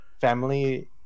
family